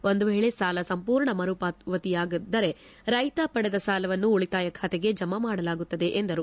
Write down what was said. ಒಂದು ವೇಳೆ ಸಾಲ ಸಂಪೂರ್ಣ ಮರುಪಾವತಿಯಾಗಿದ್ದರೆ ರೈತ ಪಡೆದ ಸಾಲವನ್ನು ಉಳಿತಾು ಖಾತೆಗೆ ಜಮಾ ಮಾಡಲಾಗುತ್ತದೆ ಎಂದರು